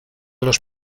los